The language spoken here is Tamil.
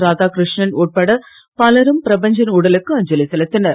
இராதாகிருஷ்ணன் உட்பட பலரும் பிரபஞ்சன் உடலுக்கு அஞ்சலி செலுத்தினர்